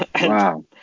Wow